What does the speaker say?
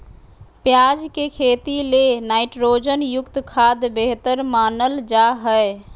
प्याज के खेती ले नाइट्रोजन युक्त खाद्य बेहतर मानल जा हय